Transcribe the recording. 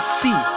see